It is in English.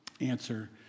answer